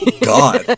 God